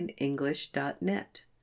net